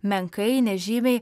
menkai nežymiai